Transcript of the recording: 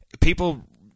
people